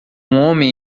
homem